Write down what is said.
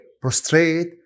prostrate